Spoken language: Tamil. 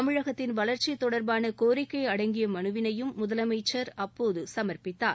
தமிழகத்தின் வளர்ச்சி தொடர்பான கோரிக்கை அடங்கிய மனுவினையும் முதலமைச்சர் அப்போது சமர்ப்பித்தார்